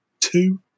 two